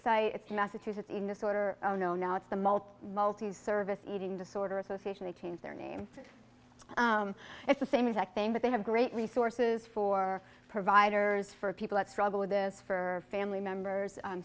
site it's massachusetts disorder no now it's the mult multiservice eating disorder association they change their name it's the same exact thing but they have great resources for providers for people that struggle with this for family members